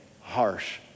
harsh